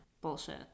bullshit